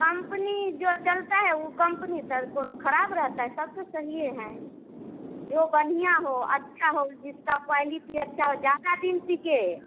company जो चलता है वह कम्पनी तर कोनो खराब रहता है सब तो सही हैं जो बन्हिया हो अच्छा हो जिसका क्वायलिटी अच्छा हो ज़्यादा दिन टिके